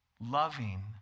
Loving